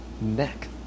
neck